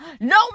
no